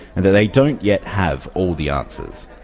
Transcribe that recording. and they they don't yet have all the answers.